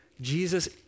Jesus